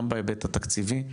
גם בהיבט התקציבי,